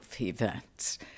events